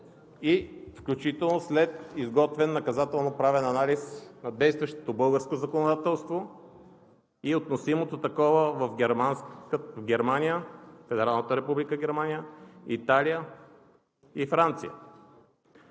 включително след изготвен наказателно-правен анализ на действащото българско законодателство и относимото такова във Федерална република Германия, Италия и Франция.